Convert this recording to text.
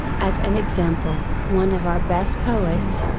as an example, one of our best poets,